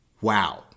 Wow